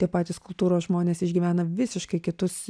tie patys kultūros žmonės išgyvena visiškai kitus